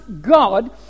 God